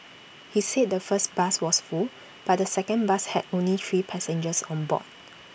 he said the first bus was full but the second bus had only three passengers on board